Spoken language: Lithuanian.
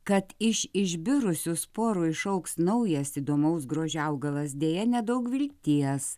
kad iš išbirusių sporų išaugs naujas įdomaus grožio augalas deja nedaug vilties